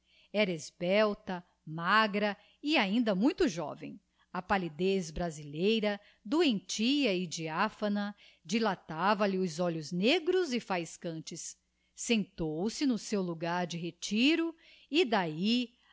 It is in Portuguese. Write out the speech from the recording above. era esbelta magra e ainda muito joven a pallidez brasileira doentia e diaphana dilatava lhe os olhos negros e faiscantes sentou-se no seu logar de retiro e d'ahi